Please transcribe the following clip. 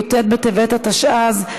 י"ט בטבת התשע"ז,